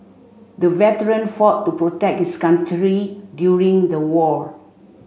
the veteran fought to protect his country during the war